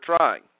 trying